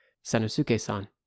Sanosuke-san